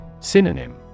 Synonym